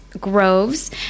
Groves